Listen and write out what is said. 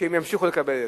שהם ימשיכו לקבל את זה.